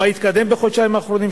מה התקדם בחודשיים האחרונים,